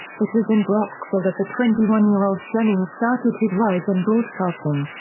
it was in brockville that the twenty one year old jennings started his rise in broadcasting.